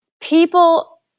people